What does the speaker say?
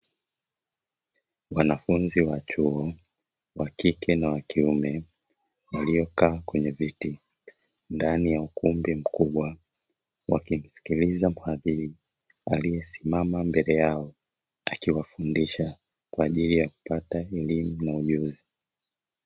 Wanafunzi wa chuo, wa kike na wa kiume, waliokaa kwenye viti ndani ya ukumbi mkubwa, wakimsikiliza mhadhiri aliyesimama mbele yao akiwafundisha kwa ajili ya kupata elimu na ujuzi.